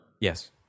Yes